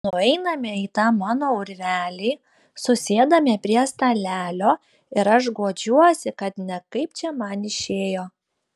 nueiname į tą mano urvelį susėdame prie stalelio ir aš guodžiuosi kad ne kaip čia man išėjo